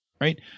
right